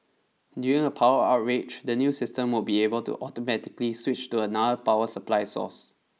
during a power outrage the new system will be able to automatically switch to another power supply source